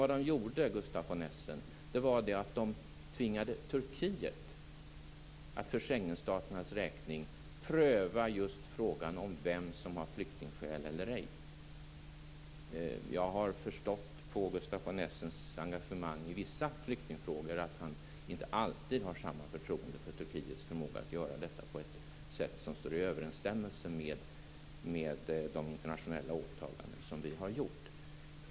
Vad de gjorde, Gustaf von Essen, var att tvinga Turkiet att för Schengenstaternas räkning pröva just frågan om vem som har flyktingskäl eller ej. Jag har förstått på Gustaf von Essens engagemang i vissa flyktingfrågor att han inte alltid har samma förtroende för Turkiets förmåga att göra detta på ett sätt som står i överensstämmelse med de internationella åtaganden som vi har gjort.